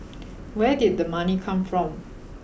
where did the money come from